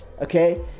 Okay